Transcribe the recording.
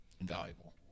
invaluable